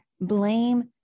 blame